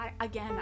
again